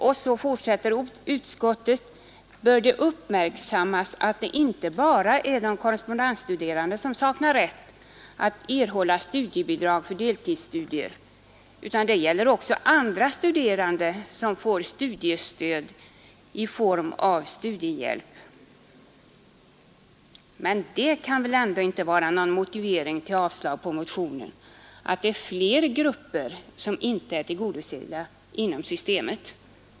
— Det bör emellertid uppmärksammas att det inte bara är de korrespondensstuderande som saknar rätt att erhålla studiebidrag för deltidsstudier utan att detta gäller också andra studerande, som får studiestöd i form av studiehjälp.” Det kan väl ändå inte vara någon motivering för a g på motionen att det är fler grupper som inte är tillgodosedda inom systemet.